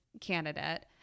candidate